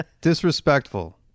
disrespectful